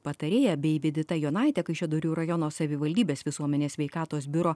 patarėja bei vidita jonaite kaišiadorių rajono savivaldybės visuomenės sveikatos biuro